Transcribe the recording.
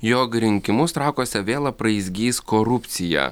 jog rinkimus trakuose vėl apraizgys korupcija